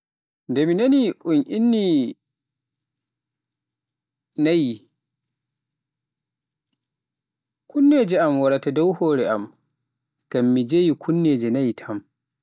Nde mi nani un inni ni naayi, kunneje am waarato dow hore am, ngam mi jeyi kunneje naayi tam.